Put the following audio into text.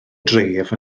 dref